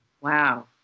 Wow